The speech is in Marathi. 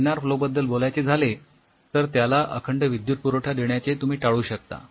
लॅमिनार फ्लो बद्दल बोलायचे झाले तर त्याला अखंड विद्युत पुरवठा देण्याचे तुम्ही टाळू शकता